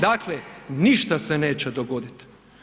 Dakle, ništa se neće dogoditi.